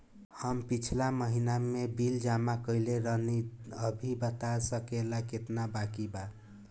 हम पिछला महीना में बिल जमा कइले रनि अभी बता सकेला केतना बाकि बा?